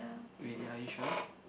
really are you sure